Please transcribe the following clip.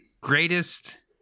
greatest